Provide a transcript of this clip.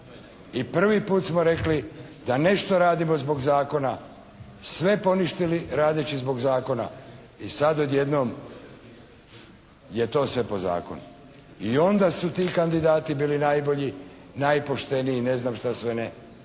I prvi puta smo rekli da nešto radimo zbog zakona, sve poništili radeći zbog zakona i sada odjednom je to sve po zakonu. I onda su ti kandidati bili najbolji, najpošteniji i ne znam šta sve ne,